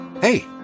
Hey